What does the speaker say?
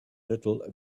little